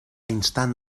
instant